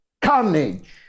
carnage